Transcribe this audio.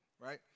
right